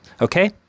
Okay